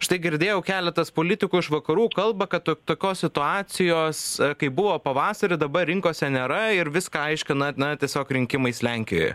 štai girdėjau keletas politikų iš vakarų kalba kad to tokios situacijos kaip buvo pavasarį dabar rinkose nėra ir viską aiškina na tiesiog rinkimais lenkijoj